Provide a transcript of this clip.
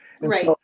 Right